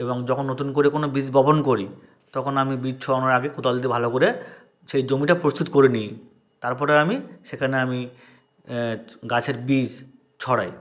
এবং যখন নতুন করে কোনো বীজ বপন করি তখন আমি বীজ ছড়ানোর আগে কোদাল দিয়ে ভালো করে সেই জমিটা প্রস্তুত করে নিই তারপরে আমি সেখানে আমি গাছের বীজ ছড়াই